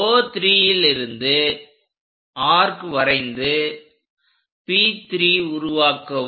O3லிருந்து arc வரைந்து P3 உருவாக்கவும்